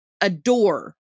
adore